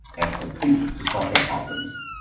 as a tool to solve their problems.